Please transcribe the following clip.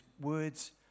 words